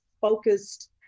focused